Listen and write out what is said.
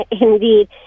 indeed